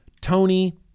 Tony